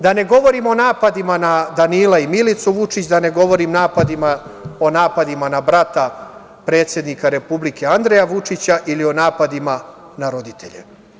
Da ne govorim o napadima na Danila i Milicu Vučić, da ne govorim o napadima na brata predsednika Republike Andreja Vučića ili o napadima na roditelje.